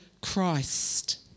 Christ